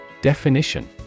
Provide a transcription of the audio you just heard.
Definition